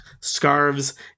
scarves